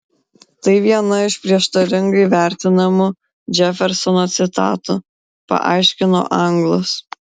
tai viena iš prieštaringai vertinamų džefersono citatų paaiškino anglas